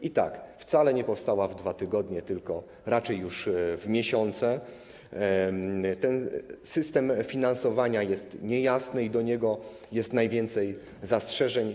I tak: wcale nie powstała w 2 tygodnie, tylko raczej już w miesiące, ten system finansowania jest niejasny i do niego jest najwięcej zastrzeżeń.